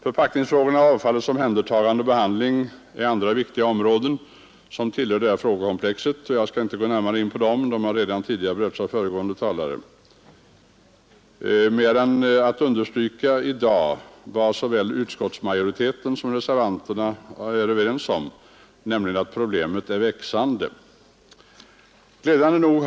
Förpackningsfrågorna och avfallets omhändertagande och behandling är andra viktiga områden, som tillhör detta frågekomplex, men jag skall inte närmare gå in på dem, eftersom de redan berörts av föregående talare. Jag vill dock understryka vad såväl utskottsmajoriteten som reservanterna är överens om, nämligen att problemet är växande. Glädjande nog har industrin börjat att sanera på området.